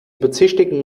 bezichtigen